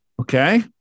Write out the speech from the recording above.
Okay